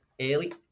early